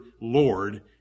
Lord